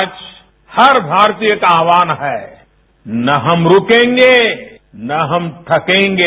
आज हर भारतीय का आह्वान है न हम रूकेंगे न हम थकेंगे